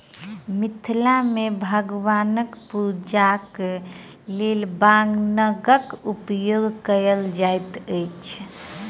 मिथिला मे भगवानक पूजाक लेल बांगक उपयोग कयल जाइत अछि